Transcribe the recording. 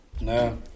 No